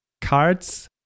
cards